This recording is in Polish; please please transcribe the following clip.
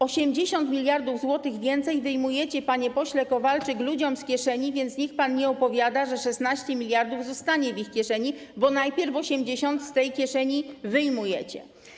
80 mld zł więcej wyjmujecie, panie pośle Kowalczyk, ludziom z kieszeni, więc niech pan nie opowiada, że 16 mld zł zostanie w ich kieszeni, bo najpierw 80 mld zł z tej kieszeni wyjmujecie.